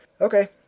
Okay